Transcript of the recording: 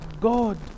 God